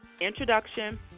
introduction